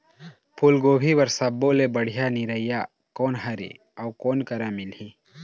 फूलगोभी बर सब्बो ले बढ़िया निरैया कोन हर ये अउ कोन करा मिलही?